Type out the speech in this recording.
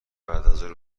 بعدازظهر